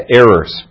errors